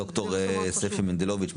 ד"ר ספי מנדלוביץ,